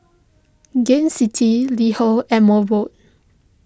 Gain City LiHo and Mobot